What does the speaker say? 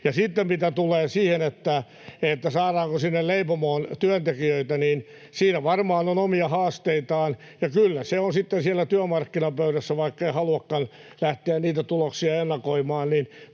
Sitten mitä tulee siihen, saadaanko leipomoon työntekijöitä, niin siinä varmaan on omia haasteitaan. Kyllä se on sitten siellä työmarkkinapöydässä, vaikken haluakaan lähteä niitä tuloksia ennakoimaan, ja